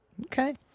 Okay